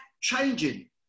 changing